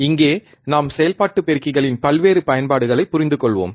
இங்கே நாம் செயல்பாட்டுப் பெருக்கிகளின் பல்வேறு பயன்பாடுகளை புரிந்து கொள்வோம்